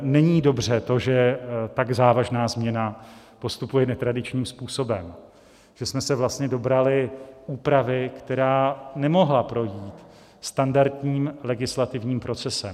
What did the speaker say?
Není dobře to, že tak závažná změna postupuje netradičním způsobem, že jsme se vlastně dobrali úpravy, která nemohla projít standardním legislativním procesem.